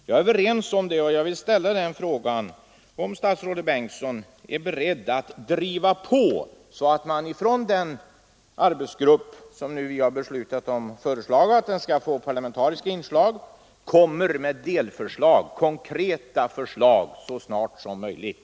Jag är överens med honom om det och vill ställa frågan: Är statsrådet Bengtsson beredd att driva på så att den arbetsgrupp som vi nu föreslagit skall få parlamentariskt inslag kommer med konkreta delförslag så snart som möjligt?